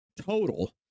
total